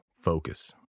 focus